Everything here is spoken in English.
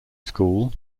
school